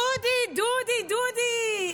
דודי, דודי, דודי,